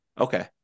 Okay